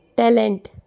Talent